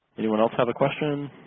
anyone else have a question?